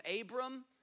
Abram